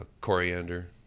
coriander